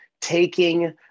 taking